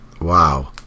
wow